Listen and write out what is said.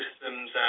systems